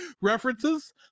references